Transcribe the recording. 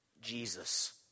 Jesus